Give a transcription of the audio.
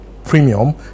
premium